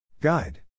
Guide